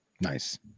Nice